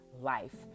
life